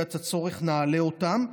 ובמידת הצורך נעלה אותם,